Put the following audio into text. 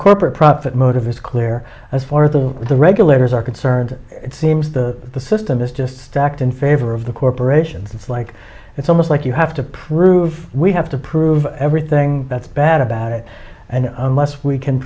corporate profit motive is clear as for the with the regulators are concerned it seems the system is just stacked in favor of the corporations it's like it's almost like you have to prove we have to prove everything that's bad about it and unless we can